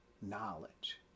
knowledge